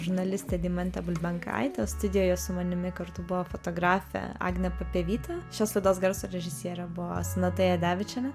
žurnalistė deimantė bulbenkaitė studijoje su manimi kartu buvo fotografė agnė papievytė šios garso režisierė buvo sonata jadevičienė